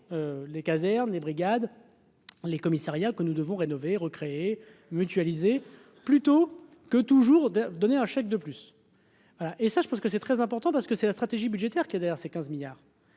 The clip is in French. les casernes, les brigades les commissariats que nous devons rénover recréer mutualiser plutôt que toujours de donner un chèque de plus voilà et ça je pense que c'est très important parce que c'est la stratégie budgétaire qui est d'ailleurs, c'est 15 milliards.